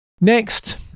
Next